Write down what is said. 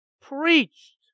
preached